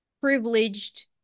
privileged